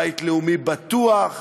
בית לאומי בטוח,